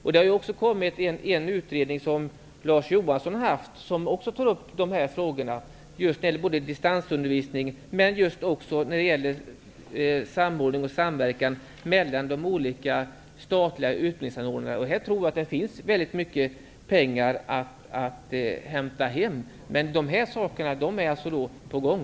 Det har också kommit en utredning där frågor om distansundervisning och samordning och samverkan mellan de olika statliga utbildningsanordnarna tas upp. Jag tror att det finns mycket pengar att hämta hem här. Det är på gång.